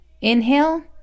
inhale